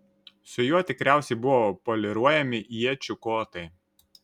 su juo tikriausiai buvo poliruojami iečių kotai